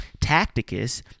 Tacticus